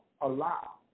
allow